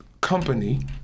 Company